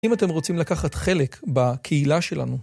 אם אתם רוצים לקחת חלק בקהילה שלנו אז תלחצו כאן